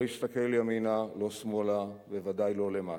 לא הסתכל ימינה, לא שמאלה, ובוודאי לא למטה.